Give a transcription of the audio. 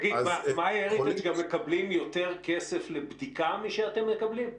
MyHeritage גם מקבלים יותר כסף לבדיקה משאתם מקבלים?